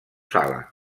sala